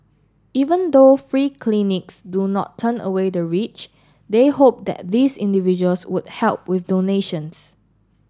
even though free clinics do not turn away the rich they hope that these individuals would help with donations